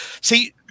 see